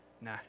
nah